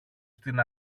στην